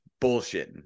bullshitting